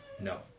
No